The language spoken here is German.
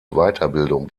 weiterbildung